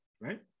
right